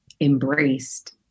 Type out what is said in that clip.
embraced